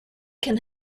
can